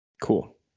Cool